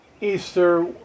Easter